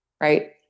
right